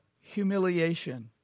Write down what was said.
humiliation